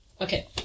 Okay